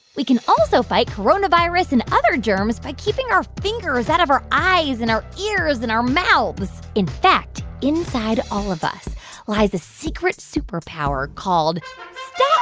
we can also fight coronavirus and other germs by keeping our fingers out of our eyes and our ears and our mouths. in fact, inside all of us lies a secret superpower called yeah